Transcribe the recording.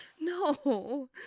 No